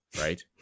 right